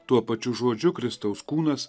tuo pačiu žodžiu kristaus kūnas